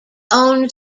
own